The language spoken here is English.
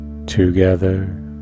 Together